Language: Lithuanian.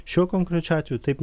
šiuo konkrečiu atveju taip